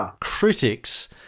critics